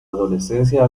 adolescencia